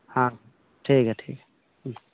ᱦᱮᱸ ᱴᱷᱤᱠ ᱜᱮᱭᱟ ᱴᱷᱤᱠ ᱜᱮᱭᱟ